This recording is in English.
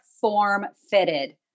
form-fitted